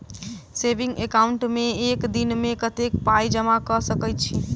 Saving account मे एक दिनमे कतेक पाई जमा कऽ सकैत छी?